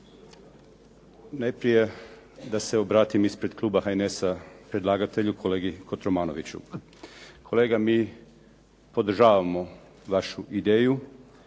Najprije da se obratim ispred kluba HNS-a predlagatelju, kolegi Kotromanoviću. Kolega mi podržavamo vašu ideju